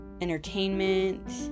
entertainment